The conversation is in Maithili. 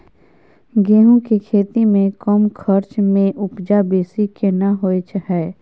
गेहूं के खेती में कम खर्च में उपजा बेसी केना होय है?